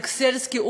אלכס סלסקי,